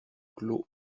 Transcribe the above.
clos